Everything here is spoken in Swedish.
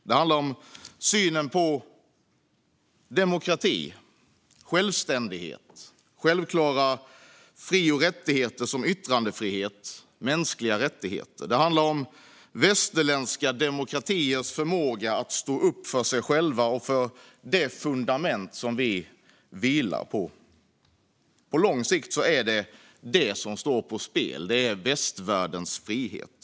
Det handlar om synen på demokrati och självständighet och om synen på självklara fri och rättigheter, som yttrandefrihet och mänskliga rättigheter. Det handlar om västerländska demokratiers förmåga att stå upp för sig själva och för det fundament som vi vilar på. På lång sikt är det detta - västvärldens frihet - som står på spel.